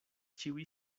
ĉiuj